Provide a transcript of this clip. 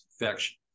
infection